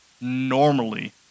normally